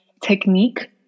technique